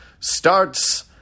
Starts